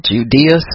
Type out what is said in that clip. Judea